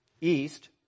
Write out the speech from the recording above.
east